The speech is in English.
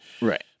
right